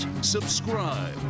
subscribe